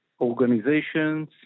organizations